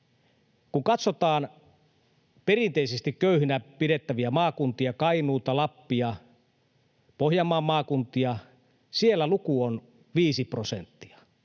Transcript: Kun katsotaan perinteisesti köyhinä pidettäviä maakuntia, Kainuuta, Lappia, Pohjanmaan maakuntia, siellä luku on viisi prosenttia